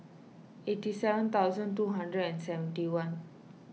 eighty seven thousand two hundred and seventy one